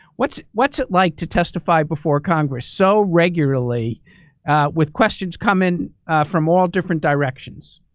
what's what's it like to testify before congress so regularly with questions coming from all different directions?